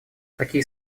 такие